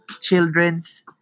children's